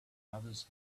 others